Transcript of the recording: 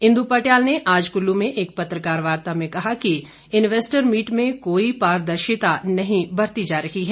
इंद्र पटियाल ने आज कुल्लू में एक पत्रकार वार्ता में कहा कि इन्वेस्टर मीट में कोई पारदर्शिता नहीं बरती जा रही है